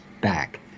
back